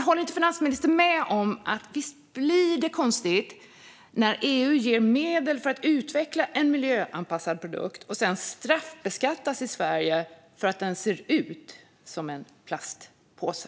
Håller inte finansministern med om att det visst blir konstigt när EU ger medel för att utveckla en miljöanpassad produkt och den sedan straffbeskattas i Sverige för att den ser ut som en plastpåse?